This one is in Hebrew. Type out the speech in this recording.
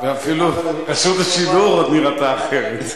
ואפילו רשות השידור עוד נראתה אחרת.